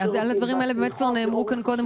הדברים האלה נאמרו כאן קודם,